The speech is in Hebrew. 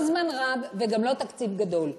לא זמן רב וגם לא תקציב גדול?